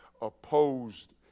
opposed